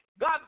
God